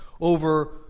over